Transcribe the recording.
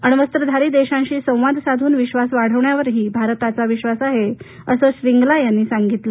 अण्वस्त्रधारी देशांशी संवाद साधून विश्वास वाढवण्यावरही भारताचा विश्वास आहे असंही श्रींगला यांनी सांगितलं